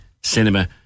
cinema